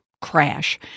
crash